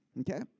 Okay